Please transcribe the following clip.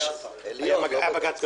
מה זאת הבדיחה הזאת?